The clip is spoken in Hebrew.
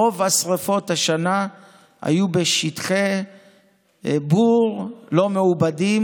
רוב השרפות השנה היו בשטחי בור לא מעובדים,